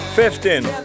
fifteen